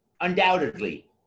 undoubtedly